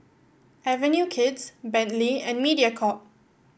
Avenue Kids Bentley and Mediacorp